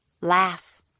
laugh